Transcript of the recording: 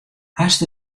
hast